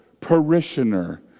parishioner